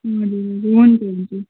हुन्छ हुन्छ